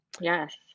yes